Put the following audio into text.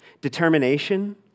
determination